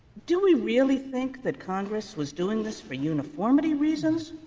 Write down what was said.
do we really think that congress was doing this for uniformity reasons,